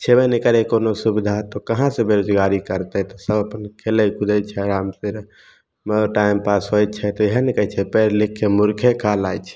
छेबे ने करय कोनो सुविधा तऽ कहाँसँ बेरोजगारी करतय तऽ सब अपन खेलय कुदय छै आरामसँ ने टाइम पास होइ छै तऽ ईएह ने कहय छै पढ़ि लिखिके मूर्खे कहलाय छै